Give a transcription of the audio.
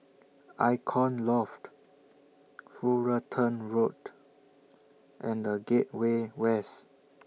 Icon Loft Fullerton Road and The Gateway West